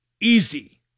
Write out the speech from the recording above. easy